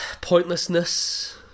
pointlessness